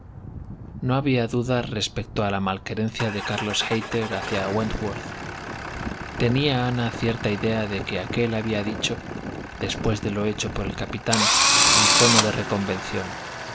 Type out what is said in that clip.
no había duda respecto de la malquerencia de carlos hayter hacia wentworth tenía ana cierta idea de que aquél había dicho después de lo hecho por el capitán en tono de reconvención